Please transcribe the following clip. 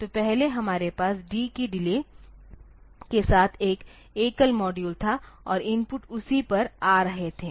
तो पहले हमारे पास D की डिले के साथ एक एकल मॉड्यूल था और इनपुट उसी पर आ रहे थे